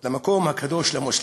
של המקום הקדוש למוסלמים,